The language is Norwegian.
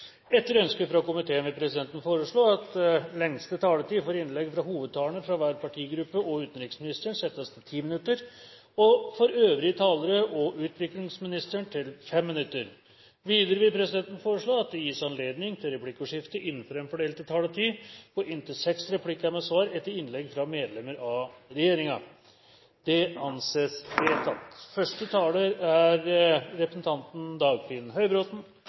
Etter ønske fra utenriks- og forsvarskomiteen vil presidenten foreslå at lengste taletid for innlegg fra hovedtalerne fra hver partigruppe og utenriksministeren settes til 10 minutter og for øvrige talere og utviklingsministeren til 5 minutter. Videre vil presidenten foreslå at det gis anledning til replikkordskifte på inntil seks replikker med svar etter innlegg fra medlemmer av regjeringen innenfor den fordelte taletid. – Det anses vedtatt.